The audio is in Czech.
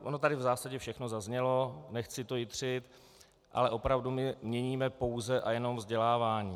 Ono tady v zásadě všechno zaznělo, nechci to jitřit, ale my opravdu měníme pouze a jenom vzdělávání.